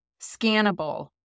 scannable